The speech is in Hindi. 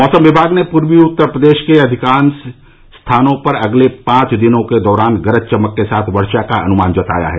मौसम विभाग ने पूर्वी उत्तर प्रदेश के अधिकांश स्थानों पर अगले पांच दिनों के दौरान गरज चमक के साथ वर्षा का अनुमान जताया है